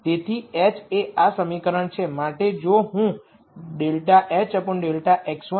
તેથી h એ આ સમીકરણ છે માટે જો હું ∂h∂x1 ∂h∂x2 કરું